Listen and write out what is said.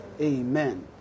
Amen